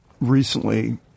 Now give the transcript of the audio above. recently